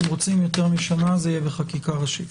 אתם רוצים יותר משנה זה יהיה בחקיקה ראשית.